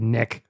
Nick